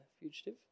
Fugitive